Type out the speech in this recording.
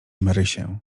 marysię